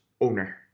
owner